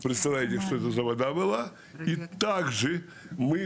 אבל עכשיו עוד פעם זה האנשים